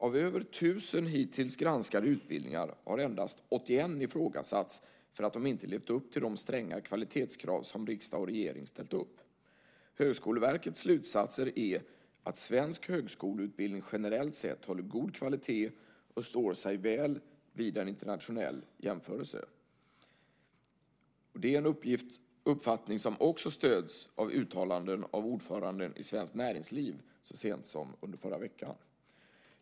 Av över 1 000 hittills granskade utbildningar har endast 81 ifrågasatts för att de inte levt upp till de stränga kvalitetskrav som riksdag och regering ställt upp. Högskoleverkets slutsatser är att svensk högskoleutbildning generellt sett håller god kvalitet och står sig väl vid en internationell jämförelse. Det är en uppfattning som också stöds av uttalanden av ordföranden i Svenskt Näringsliv så sent som under förra veckan.